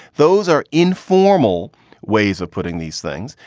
those are informal ways of putting these things.